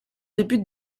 débute